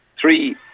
three